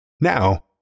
Now